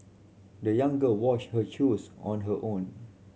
the young girl washed her shoes on her own